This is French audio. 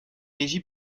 régi